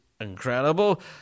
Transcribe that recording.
incredible